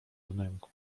wnęku